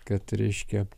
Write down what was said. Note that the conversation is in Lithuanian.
kad reiškia